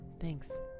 Thanks